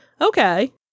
Okay